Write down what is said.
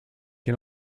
can